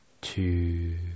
two